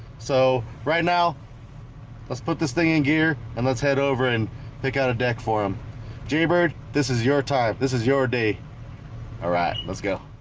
so right now let's put this thing in gear and let's head over and pick out a deck for him junior bird. this is your time this is your day all right, let's go